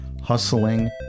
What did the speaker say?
Hustling